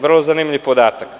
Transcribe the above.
Vrlo zanimljiv podatak.